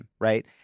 right